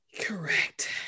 Correct